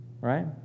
Right